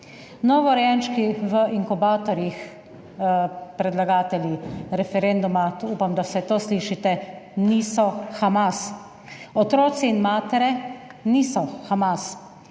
Novorojenčki v inkubatorjih – predlagatelji referenduma, upam, da vsaj to slišite – niso Hamas. Otroci in matere niso Hamas.